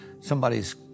somebody's